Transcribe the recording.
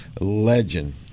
legend